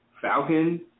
Falcon